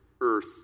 earth